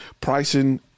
pricing